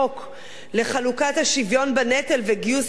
לחלוקת השוויון בנטל וגיוס חרדים,